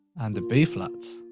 and a b flat.